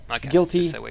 Guilty